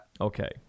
Okay